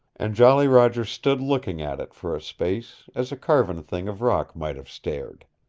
and jolly roger stood looking at it for a space, as a carven thing of rock might have stared.